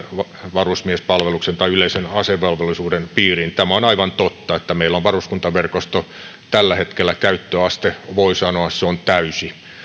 varusmiespalveluksen tai yleisen asevelvollisuuden piiriin tämä on aivan totta että meillä on varuskuntaverkoston käyttöaste tällä hetkellä voi sanoa täysi puolustusvoimauudistus